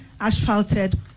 asphalted